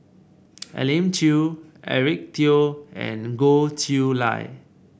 Elim Chew Eric Teo and Goh Chiew Lye